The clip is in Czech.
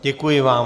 Děkuji vám.